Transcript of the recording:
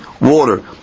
water